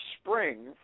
Spring